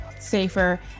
safer